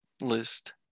list